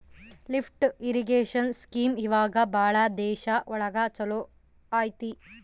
lift irrigation scheme ಇವಾಗ ಭಾಳ ದೇಶ ಒಳಗ ಚಾಲೂ ಅಯ್ತಿ